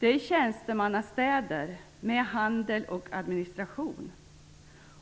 är tjänstemannastäder med handel och administration.